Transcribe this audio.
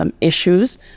issues